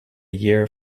year